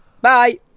Bye